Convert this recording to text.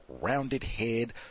rounded-head